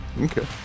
okay